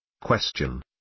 Question